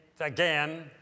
again